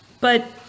But-